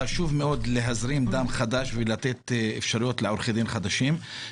חשוב מאוד להזרים דם חדש ולתת אפשרויות לעורכי דין חדשים.